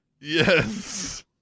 Yes